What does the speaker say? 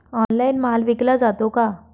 Online माल विकला जातो का?